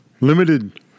limited